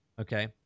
Okay